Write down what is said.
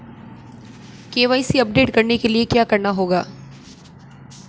KYC update करने के लिए क्या करना होगा?